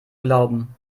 glauben